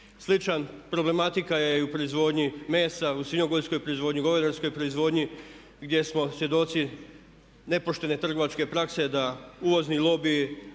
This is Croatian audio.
Slična problematika je i u proizvodnji mesa, u svinjogojskoj proizvodnji, u govedarskoj proizvodnji gdje smo svjedoci nepoštene trgovačke prakse da uvozni lobiji